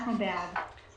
אנחנו בעד.